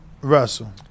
Russell